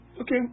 Okay